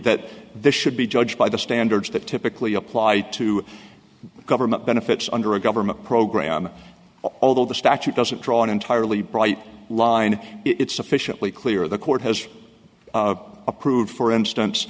that this should be judged by the standards that typically apply to government benefits under a government program although the statute doesn't draw an entirely bright line it's sufficiently clear the court has approved for instance